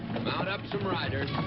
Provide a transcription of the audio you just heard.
mount up some riders.